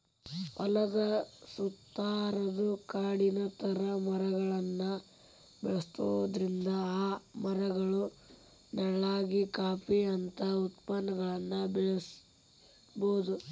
ಹೊಲದ ಸುತ್ತಾರಾದ ಕಾಡಿನ ತರ ಮರಗಳನ್ನ ಬೆಳ್ಸೋದ್ರಿಂದ ಆ ಮರಗಳ ನೆಳ್ಳಾಗ ಕಾಫಿ ಅಂತ ಉತ್ಪನ್ನಗಳನ್ನ ಬೆಳಿಬೊದು